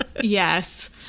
yes